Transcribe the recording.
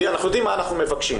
אנחנו יודעים מה אנחנו מבקשים,